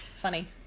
funny